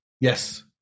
Yes